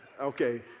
Okay